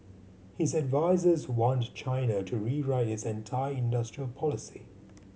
his advisers want China to rewrite its entire industrial policy